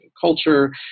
culture